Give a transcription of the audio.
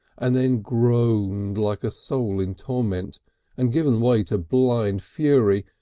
and then groaned like a soul in torment and given way to blind fury,